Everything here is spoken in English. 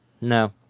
No